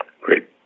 great